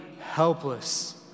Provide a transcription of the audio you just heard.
helpless